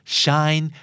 shine